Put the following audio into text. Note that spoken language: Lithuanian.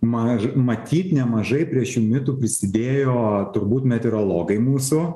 maž matyt nemažai prie šių mitų prisidėjo turbūt meteorologai mūsų